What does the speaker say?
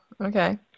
Okay